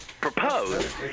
propose